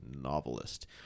novelist